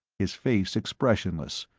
his face expressionless.